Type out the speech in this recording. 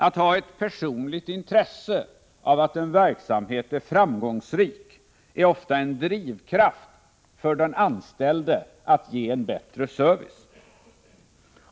Att ha ett personligt intresse av att en verksamhet är framgångsrik är ofta en drivkraft för den anställde att ge en bättre service.